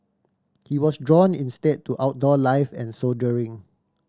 he was drawn instead to outdoor life and soldiering